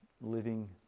living